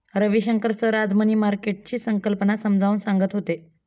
Ravishankar sir आज money मार्केटची संकल्पना समजावून सांगत होते